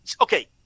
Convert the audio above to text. Okay